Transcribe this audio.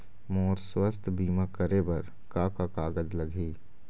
मोर स्वस्थ बीमा करे बर का का कागज लगही?